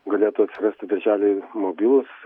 galėtų atsirasti darželiai mobilūs